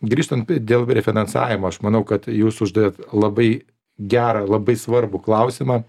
grįžtant dėl refinansavimo aš manau kad jūs uždavėt labai gerą labai svarbų klausimą